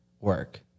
work